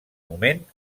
moment